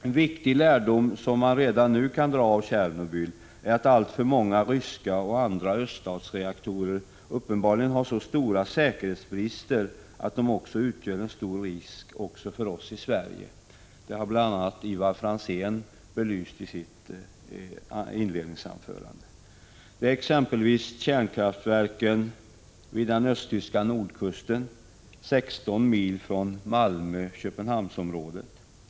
En viktig lärdom som man redan nu kan dra av Tjernobyl är att alltför många ryska och andra öststatsreaktorer uppenbarligen har så stora säkerhetsbrister att de utgör en stor risk också för oss i Sverige. Det har bl.a. Ivar Franzén belyst i sitt inledningsanförande. Det är exempelvis kärnkraftverken vid den östtyska nordkusten, 16 mil från Malmö-Köpenhamnsområdet.